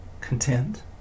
Content